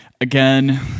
Again